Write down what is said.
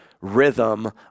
rhythm